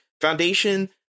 foundation